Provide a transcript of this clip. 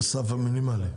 הסף המינימאלי.